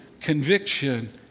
conviction